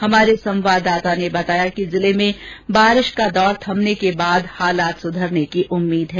हमारे संवाददाता ने बताया कि जिले में बारिश का दौर थमने के बाद हालात सुधरने की उम्मीद है